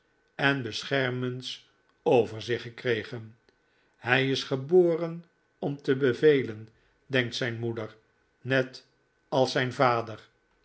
en bescher mends over zich gekregen hij is geboren om te bevelen denkt zijn moeder net als zijn vader